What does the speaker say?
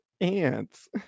ants